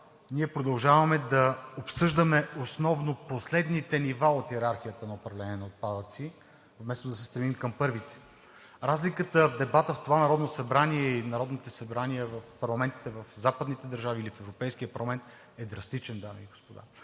ние продължаваме да обсъждаме основно последните нива от йерархията от управлението на отпадъците, вместо да се стремим към първите. Разликата в дебата в това Народно събрание и парламентите в западните държави или в Европейския парламент е драстична, дами и господа!